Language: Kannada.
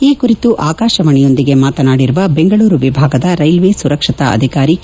ಈ ಕುರಿತು ಆಕಾಶವಾಣಿಯೊಂದಿಗೆ ಮಾತನಾಡಿರುವ ಬೆಂಗಳೂರು ವಿಭಾಗದ ರೈಲ್ವೆ ಸುರಕ್ಷತಾ ಅಧಿಕಾರಿ ಕೆ